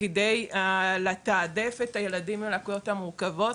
כדי לתעדף את הילדים עם הלקויות המורכבות,